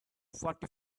forty